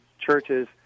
churches